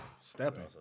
Stepping